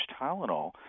Tylenol